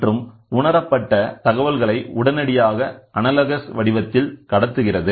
மற்றும் உணரப்பட்ட தகவல்களை உடனடியாக அனலாகஸ் வடிவத்தில் கடத்துகிறது